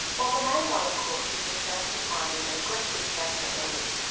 well the main one of course is the chance of finding an aggressive cancer early,